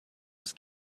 was